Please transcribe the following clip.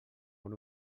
bon